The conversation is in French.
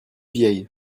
vieille